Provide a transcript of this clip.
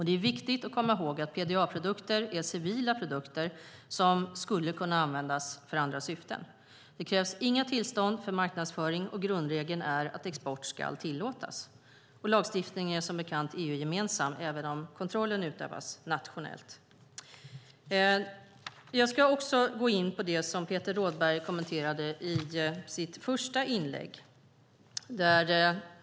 Det är viktigt att komma ihåg att PDA-produkter är civila produkter som skulle kunna användas för andra syften. Det krävs inga tillstånd för marknadsföring. Grundregeln är att export ska tillåtas. Lagstiftningen är som bekant EU-gemensam, även om kontrollen utövas nationellt. Jag ska också gå in på något som Peter Rådberg kommenterade i sitt första inlägg.